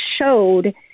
showed